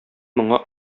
моңа